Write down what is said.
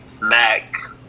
Mac